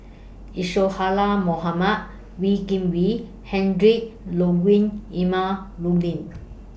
Isadhora Mohamed Wee Kim Wee Ludwig Emil Luering